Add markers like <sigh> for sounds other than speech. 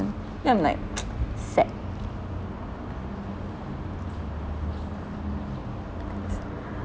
then I'm like <noise> sad